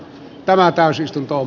tämä sisällöstä